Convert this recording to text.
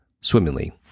swimmingly